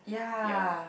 ya